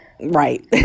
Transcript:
Right